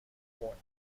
what